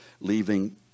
leaving